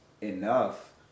enough